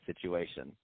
situation